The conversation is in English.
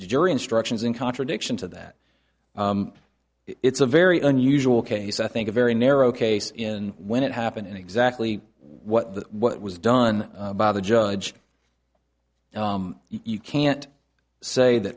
the jury instructions in contradiction to that it's a very unusual case i think a very narrow case in when it happened and exactly what the what was done by the judge you can't say that